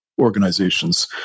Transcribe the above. organizations